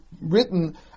written